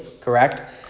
Correct